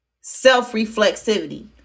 self-reflexivity